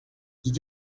did